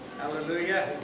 hallelujah